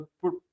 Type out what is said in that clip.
put